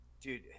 dude